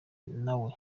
nawe